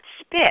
spit